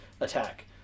attack